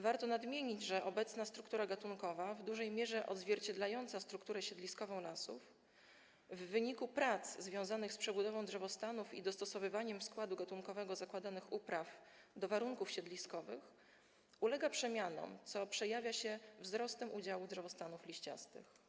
Warto nadmienić, że obecna struktura gatunkowa, w dużej mierze odzwierciedlająca strukturę siedliskową lasów w wyniku prac związanych z przebudową drzewostanów i dostosowywaniem składu gatunkowego zakładanych upraw do warunków siedliskowych, ulega przemianom, co przejawia się wzrostem udziału drzewostanów liściastych.